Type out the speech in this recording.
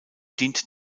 dient